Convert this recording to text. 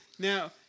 Now